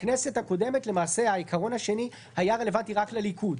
בכנסת הקודמת למעשה העיקרון השני היה רלוונטי רק לליכוד,